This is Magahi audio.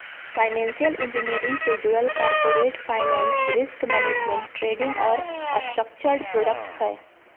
फाइनेंशियल इंजीनियरिंग से जुडल corporate finance, risk management, trading और स्ट्रक्चर्ड प्रॉडक्ट्स हय